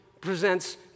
presents